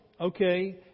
Okay